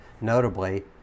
notably